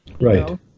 Right